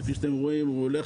אז כפי שאתם רואים הוא הולך